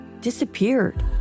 disappeared